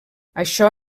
això